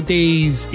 Days